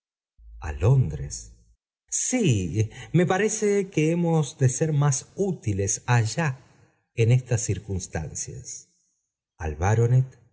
londres sí me parece que hemos de ser más útiles allá en estas circunstancian al baronet